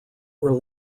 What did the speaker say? were